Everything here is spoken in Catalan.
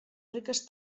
riques